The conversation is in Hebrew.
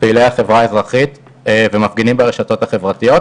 פעילי החברה האזרחית ומפגינים ברשתו החברתיות,